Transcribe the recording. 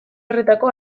horretako